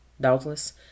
Doubtless